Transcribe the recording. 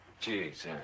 Jesus